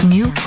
New